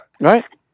Right